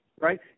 right